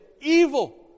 evil